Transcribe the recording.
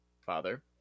father